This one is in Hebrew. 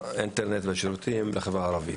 האינטרנט והשירותים לחברה הערבית.